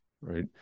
right